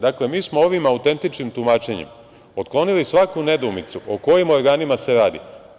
Dakle, mi smo ovim autentičnim tumačenjem otklonili svaku nedoumicu o kojim organima se radi.